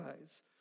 eyes